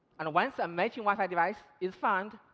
and once a um matching wi-fi device is found,